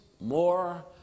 more